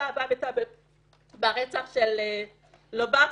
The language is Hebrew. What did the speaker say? ברצח של לוברסקי,